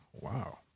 wow